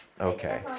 Okay